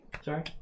Sorry